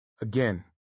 again